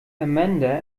amanda